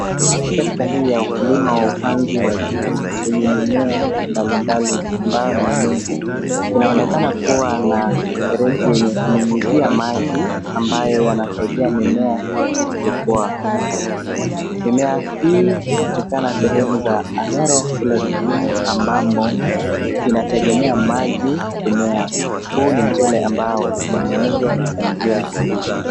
Sekta hii ya ukulima wa upanzi wa juu yenye mimea mbali mbali ambayo na mingi, inaonekana kuwa na mifereji yenye kunyunyuzia maji ambayo yana saidia mimea kukua. Mimea hii hupatikana sehemu za Ahero kule Kisumu ambamo inategemea maji kumea huu ni mchele ambao ume meeshwa kwa njia hii.